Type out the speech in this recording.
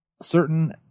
Certain